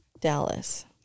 Dallas